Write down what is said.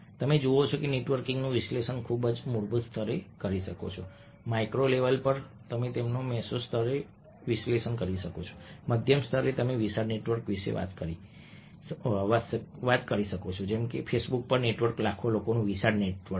તમે જુઓ છો કે તમે નેટવર્કનું વિશ્લેષણ ખૂબ જ મૂળભૂત સ્તરે કરી શકો છો માઇક્રો લેવલ પર તમે તેમને મેસો સ્તરે વિશ્લેષણ કરી શકો છો મધ્યમ સ્તરે તમે વિશાળ નેટવર્ક વિશે વાત કરી શકો છો જેમ કે ફેસબુક પર નેટવર્ક લાખો લોકોનું વિશાળ નેટવર્ક છે